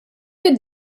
could